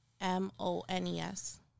M-O-N-E-S